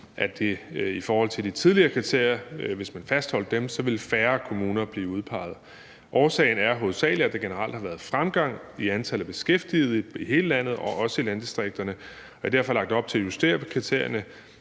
– i forhold til de tidligere kriterier, altså hvis man fastholdt dem – ville blive udpeget. Årsagen er hovedsagelig, at der generelt har været fremgang i antallet af beskæftigede i hele landet, også i landdistrikterne, og jeg har derfor lagt op til at justere på kriterierne,